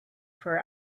for